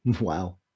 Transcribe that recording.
Wow